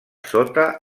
sota